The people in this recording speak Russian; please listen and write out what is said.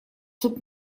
тут